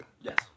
Yes